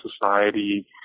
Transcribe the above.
society